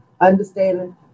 understanding